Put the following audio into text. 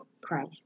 Christ